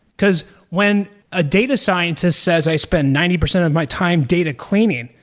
because when a data scientist says i spend ninety percent of my time data cleaning.